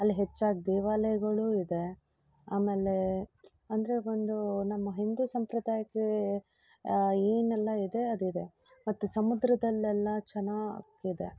ಅಲ್ಲಿ ಹೆಚ್ಚಾಗಿ ದೇವಾಲಯಗಳು ಇದೆ ಆಮೇಲೆ ಅಂದರೆ ಒಂದು ನಮ್ಮ ಹಿಂದೂ ಸಂಪ್ರದಾಯಕ್ಕೆ ಏನೆಲ್ಲ ಇದೆ ಅದಿದೆ ಮತ್ತು ಸಮುದ್ರದಲ್ಲೆಲ್ಲ ಚೆನ್ನಾಗಿದೆ